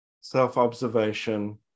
self-observation